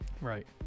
right